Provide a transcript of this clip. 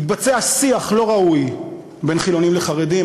התבצע שיח לא ראוי בין חילונים לחרדים,